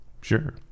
Sure